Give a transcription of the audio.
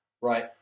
Right